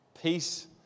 Peace